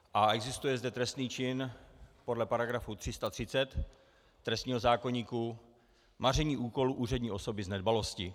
A existuje zde trestný čin podle § 330 trestního zákoníku, maření úkolu úřední osoby z nedbalosti.